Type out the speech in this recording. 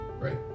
Right